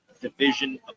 division